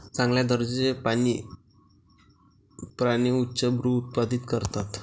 चांगल्या दर्जाचे प्राणी प्राणी उच्चभ्रू उत्पादित करतात